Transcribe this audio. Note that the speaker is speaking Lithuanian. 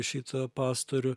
šitą pastorių